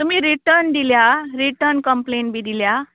तुमी रीटन दिल्या written complaint बी दिल्या